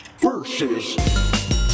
Versus